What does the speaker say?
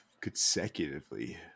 consecutively